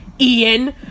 Ian